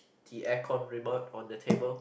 the aircon remote on the table